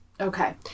Okay